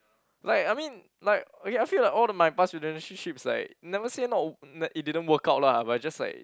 like I mean like okay I feel like all the my past relationships like never say not w~ n~ it didn't work out lah but just like